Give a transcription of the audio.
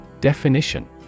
Definition